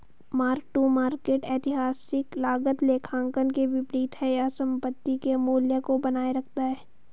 mark to market ऐतिहासिक लागत लेखांकन के विपरीत है यह संपत्ति के मूल्य को बनाए रखता है